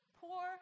poor